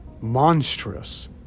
monstrous